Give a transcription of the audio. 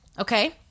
Okay